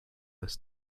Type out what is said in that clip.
this